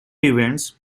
events